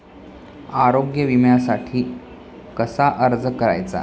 आरोग्य विम्यासाठी कसा अर्ज करायचा?